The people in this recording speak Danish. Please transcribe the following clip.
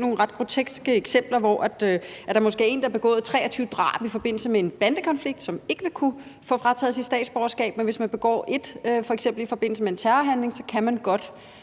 nogle ret groteske eksempler, hvor en, der måske har begået 23 drab i forbindelse med en bandekonflikt, ikke vil kunne få frataget sit statsborgerskab, men hvis vedkommende i forbindelse med en terrorhandling begår et, kan